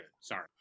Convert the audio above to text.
Sorry